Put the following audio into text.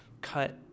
cut